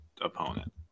opponent